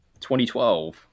2012